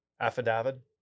Affidavit